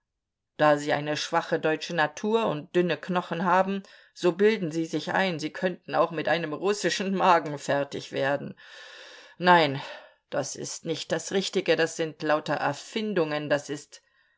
da sie eine schwache deutsche natur und dünne knochen haben so bilden sie sich ein sie könnten auch mit einem russischen magen fertig werden nein das ist nicht das richtige das sind lauter erfindungen das ist